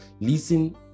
listen